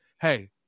hey